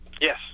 Yes